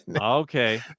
Okay